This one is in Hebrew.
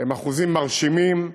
הם מרשימים.